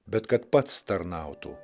bet kad pats tarnautų